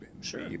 Sure